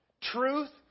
truth